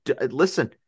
Listen